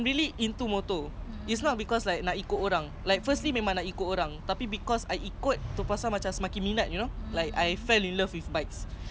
take it when I'm having a salary payment maybe dah kahwin baru ambil lesen because I want a family car so car is just for my family lah